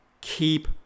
Keep